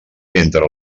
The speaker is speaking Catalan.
entre